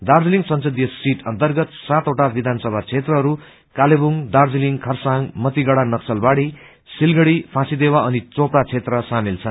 दार्जीलिङ संसदीय सीट अन्तर्गत सातवटा विधान सभा क्षेत्रहरू कालेबुङ दार्जीलिङ खरसाङ मतिगढ़ा नक्सलबाड़ी सिलगढ़ी फाँसीदेवा अनि चोपड़ा क्षेत्र सामेल छन्